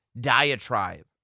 diatribe